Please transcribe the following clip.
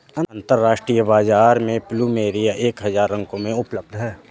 अंतरराष्ट्रीय बाजार में प्लुमेरिया एक हजार रंगों में उपलब्ध हैं